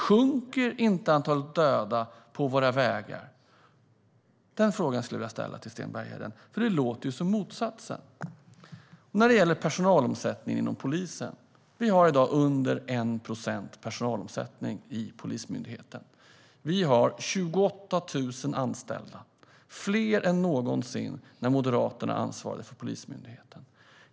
Sjunker inte antalet dödade på våra vägar? Det skulle jag vilja fråga Sten Bergheden, för det låter som motsatsen. När det gäller personalomsättningen inom polisen har vi i dag en omsättning på under 1 procent inom Polismyndigheten. Vi har 28 000 anställda, fler än det någonsin var när Moderaterna ansvarade för Polismyndigheten.